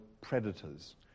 predators